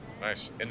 Nice